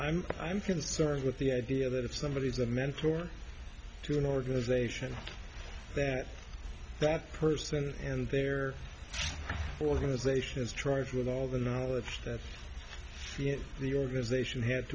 i'm i'm concerned with the idea that if somebody is a mentor to an organization that that person and their organization is troy's with all the knowledge that the organization had